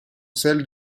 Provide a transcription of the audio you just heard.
celles